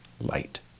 light